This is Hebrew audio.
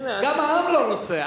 גם העם לא רוצה.